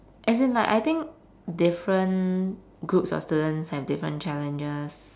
as in like I think different groups of students have different challenges